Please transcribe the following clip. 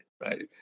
right